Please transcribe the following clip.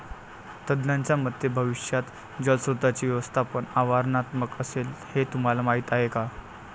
तज्ज्ञांच्या मते भविष्यात जलस्रोतांचे व्यवस्थापन आव्हानात्मक असेल, हे तुम्हाला माहीत आहे का?